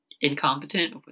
incompetent